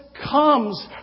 comes